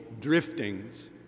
driftings